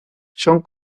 son